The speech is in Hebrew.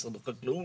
משרד החקלאות,